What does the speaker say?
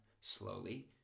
slowly